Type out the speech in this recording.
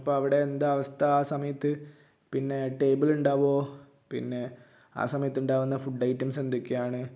അപ്പം അവിടെ എന്താ അവസ്ഥ ആ സമയത്ത് പിന്നെ ടേബിൾ ഉണ്ടാകുമോ പിന്നെ ആ സമയത്ത് ഉണ്ടാകുന്ന ഫുഡ് ഐറ്റംസ് എന്തൊക്കെയാണ്